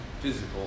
physical